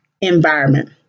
environment